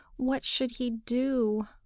what should he do?